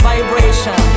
Vibration